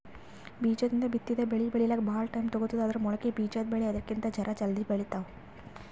ಬೀಜದಿಂದ್ ಬಿತ್ತಿದ್ ಬೆಳಿ ಬೆಳಿಲಿಕ್ಕ್ ಭಾಳ್ ಟೈಮ್ ತಗೋತದ್ ಆದ್ರ್ ಮೊಳಕೆ ಬಿಜಾದ್ ಬೆಳಿ ಅದಕ್ಕಿಂತ್ ಜರ ಜಲ್ದಿ ಬೆಳಿತಾವ್